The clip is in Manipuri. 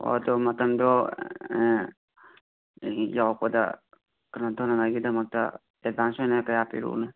ꯑꯣ ꯑꯗꯣ ꯃꯇꯝꯗꯣ ꯌꯥꯎꯔꯛꯄꯗ ꯀꯩꯅꯣ ꯗꯧꯅꯕꯒꯤꯗꯃꯛꯇ ꯑꯦꯗꯚꯥꯟꯁ ꯑꯣꯏꯅ ꯀꯌꯥ ꯄꯤꯔꯛꯑꯣꯅꯣ